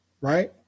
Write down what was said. right